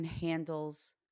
handles